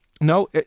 No